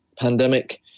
pandemic